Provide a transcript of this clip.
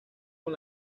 con